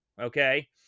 okay